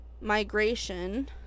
migration